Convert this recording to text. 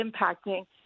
impacting